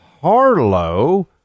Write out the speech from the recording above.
Harlow